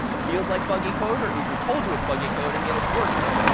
feels like buggy code or at least we've told you it's buggy code, and yet it's working.